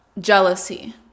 jealousy